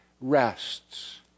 rests